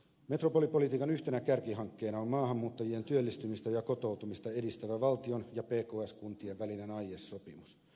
metropolipolitiikan yhtenä kärkihankkeena on maahanmuuttajien työllistymistä ja kotoutumista edistävä valtion ja pks kuntien välinen aiesopimus